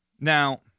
Now